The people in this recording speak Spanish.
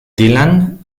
dylan